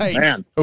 man